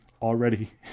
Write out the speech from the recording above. already